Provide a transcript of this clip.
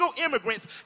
immigrants